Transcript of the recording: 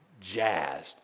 jazzed